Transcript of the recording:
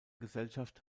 gesellschaft